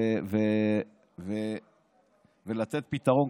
ולתת פתרון,